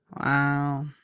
Wow